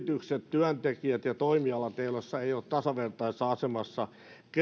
työntekijät ja toimialat eivät ole tasavertaisessa asemassa keskenään